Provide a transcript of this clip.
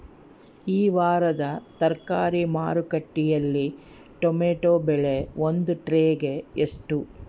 ಈ ವಾರದ ತರಕಾರಿ ಮಾರುಕಟ್ಟೆಯಲ್ಲಿ ಟೊಮೆಟೊ ಬೆಲೆ ಒಂದು ಟ್ರೈ ಗೆ ಎಷ್ಟು?